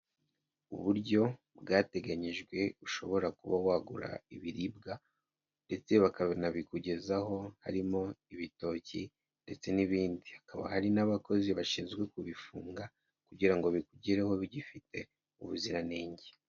Uburyo bwateganyijwe ushobora kuba wagura ibiribwa ndetse bakanabikugezaho harimo ibitoki ndetse n'ibindi, hakaba hari n'abakozi bashinzwe kubifunga kugira ngo bikugereho bigifite ubuziranenge.